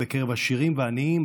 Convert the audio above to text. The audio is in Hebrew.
בקרב עשירים ועניים,